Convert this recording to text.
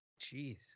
jeez